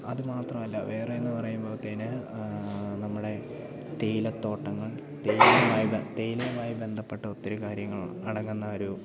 അത് മാത്രമല്ല വേറെയെന്നു പറയുമ്പോഴത്തേന് നമ്മുടെ തേയിലത്തോട്ടങ്ങൾ തേയിലയുമായി തേയിലയുമായി ബന്ധപ്പെട്ട ഒത്തിരി കാര്യങ്ങൾ അടങ്ങുന്ന ഒരു